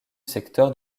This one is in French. secteur